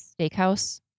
Steakhouse